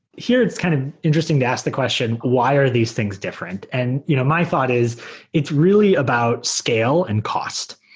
here, it's kind of interesting to ask the question why are these things different. and you know my thought is it's really about scale and cost.